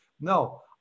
No